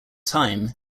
time